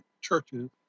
churches